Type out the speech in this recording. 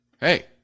Hey